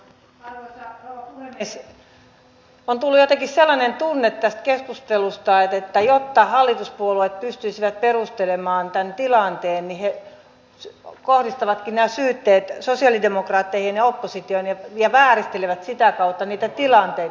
on tullut jotenkin sellainen tunne tästä keskustelusta että jotta hallituspuolueet pystyisivät perustelemaan tämän tilanteen niin he kohdistavatkin nämä syytteet sosialidemokraatteihin ja oppositioon ja vääristelevät sitä kautta niitä tilanteita